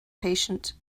patient